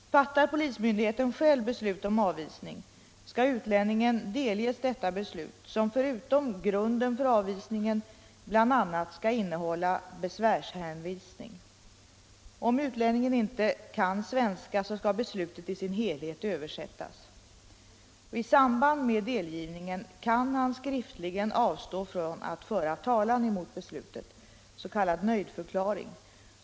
Fattar polismyndigheten själv beslut om avvisning skall utlänningen delges detta beslut, som förutom grunden för avvisningen bl.a. skall innehålla besvärshänvisning. Om utlänningen inte kan svenska skall beslutet i sin helhet översättas. I samband med delgivningen kan han skriftligen avstå från att föra talan mot beslutet — s.k. nöjdförklaring.